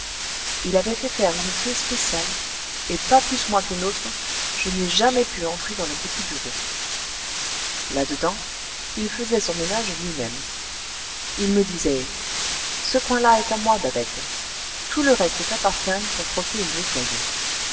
il avait fait faire une clef spéciale et pas plus moi qu'une autre je n'ai jamais pu entrer dans le petit bureau là-dedans il faisait son ménage lui-même il me disait ce coin là est à moi babette tout le reste t'appartient pour frotter et nettoyer